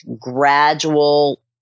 gradual